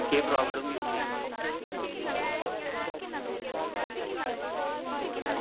केह् प्रॉब्लम ही उ'नेंगी